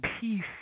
peace